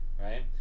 right